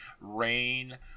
rain